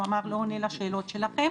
הוא אמר, לא עונה לשאלות שלכם.